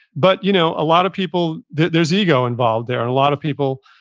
but you know a lot of people, there's ego involved there and a lot of people,